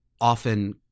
often